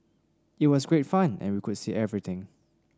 it was great fun and we could see everything